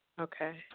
Okay